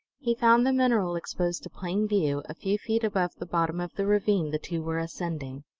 he found the mineral exposed to plain view, a few feet above the bottom of the ravine the two were ascending.